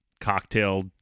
cocktail